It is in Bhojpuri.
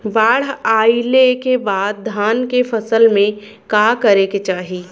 बाढ़ आइले के बाद धान के फसल में का करे के चाही?